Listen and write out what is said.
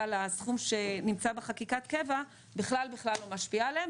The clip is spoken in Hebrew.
לסכום שנמצא בחקיקת קבע בכלל לא משפיע עליהם,